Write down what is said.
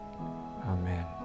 Amen